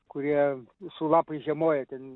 kurie su lapais žiemoja ten